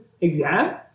exam